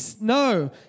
No